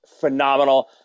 phenomenal